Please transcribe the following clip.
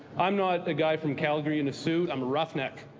i'm not a guy from calgary in a suit. i'm a roughneck.